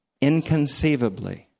inconceivably